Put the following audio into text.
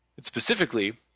specifically